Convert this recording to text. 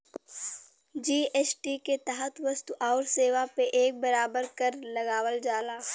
GST के तहत वस्तु आउर सेवा पे एक बराबर कर लगावल जाला